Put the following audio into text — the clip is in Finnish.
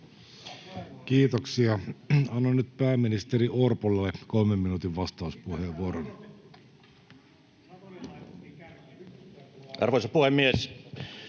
Kiitoksia. — Annan nyt pääministeri Orpolle kolmen minuutin vastauspuheenvuoron. [Speech